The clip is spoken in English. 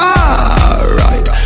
alright